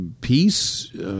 peace